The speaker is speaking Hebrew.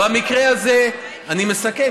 במקרה הזה, אני מסכם.